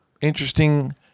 interesting